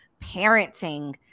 parenting